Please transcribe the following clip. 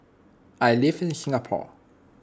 I live in Singapore